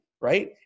right